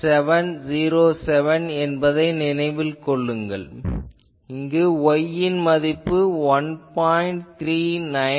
707 என்பதை நினைவில் கொள்ளுங்கள் இங்கு Y என்பதன் மதிப்பு 1